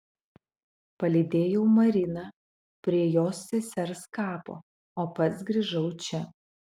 palydėjau mariną prie jos sesers kapo o pats grįžau čia